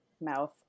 mouth